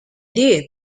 did